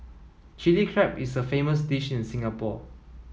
Chilli Crab is a famous dish in Singapore